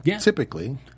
Typically